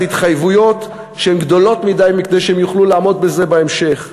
התחייבויות שהן גדולות מכדי שיוכלו לעמוד בהן בהמשך.